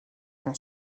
plan